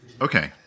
okay